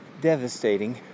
devastating